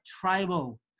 tribal